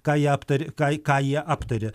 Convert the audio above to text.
ką jie aptarė ką ką jie aptarė